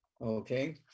okay